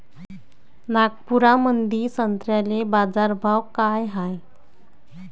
नागपुरामंदी संत्र्याले बाजारभाव काय हाय?